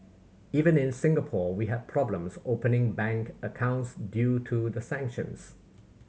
even in Singapore we had problems opening bank accounts due to the sanctions